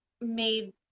made